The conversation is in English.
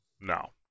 No